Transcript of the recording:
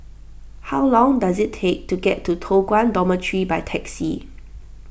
how long does it take to get to Toh Guan Dormitory by taxi